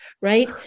right